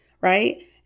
Right